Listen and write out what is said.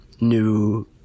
new